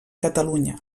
catalunya